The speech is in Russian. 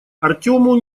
артёму